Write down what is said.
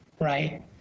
Right